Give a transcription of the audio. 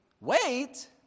Wait